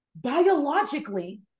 Biologically